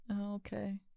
Okay